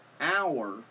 hour